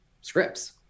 scripts